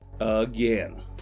Again